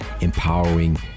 empowering